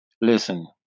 Listen